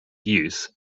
use